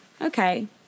okay